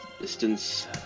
distance